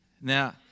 Now